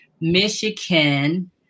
Michigan